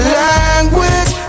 language